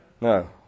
No